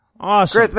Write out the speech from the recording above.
awesome